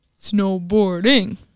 Snowboarding